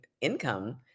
income